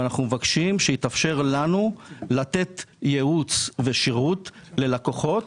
אנחנו מבקשים שיתאפשר לנו לתת ייעוץ ושירות ללקוחות